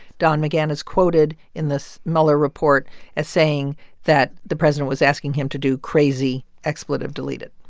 don mcgahn is quoted in this mueller report as saying that the president was asking him to do crazy expletive deleted